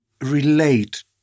relate